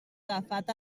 agafat